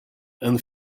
and